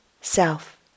self